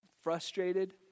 Frustrated